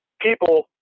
people